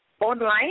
online